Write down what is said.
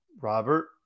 Robert